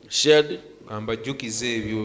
shared